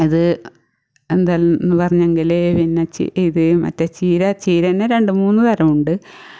ഇത് എന്താന്ന് പറഞ്ഞെങ്കിൽ പിന്നെ ചീ ഇത് മറ്റെ ചീര ചീരതന്നെ രണ്ട് മൂന്ന് തരമുണ്ട്